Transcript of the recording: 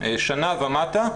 שנה ומטה,